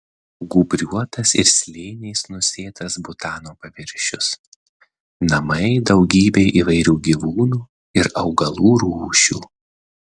gūbriuotas ir slėniais nusėtas butano paviršius namai daugybei įvairių gyvūnų ir augalų rūšių